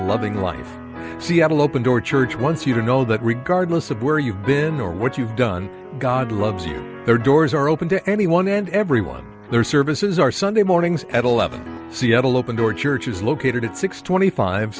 loving one seattle open door church once you know that regardless of where you've been or what you've done god loves you there doors are open to anyone and everyone their services are sunday mornings at eleven seattle open door church is located at six twenty five